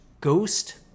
ghost